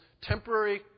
temporary